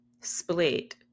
Split